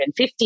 $150